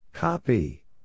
Copy